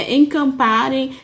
encamparem